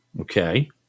Okay